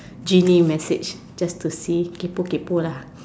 genie message just to see kaypoh kaypoh lah